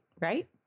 right